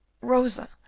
Rosa